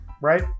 Right